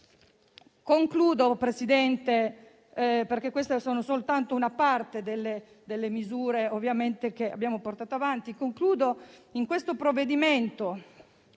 Signor Presidente, questa è soltanto una parte delle misure che abbiamo portato avanti.